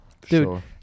Dude